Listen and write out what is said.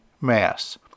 Mass